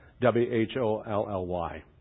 W-H-O-L-L-Y